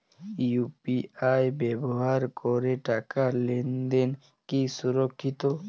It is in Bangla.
ইউ.পি.আই ব্যবহার করে টাকা লেনদেন কি সুরক্ষিত?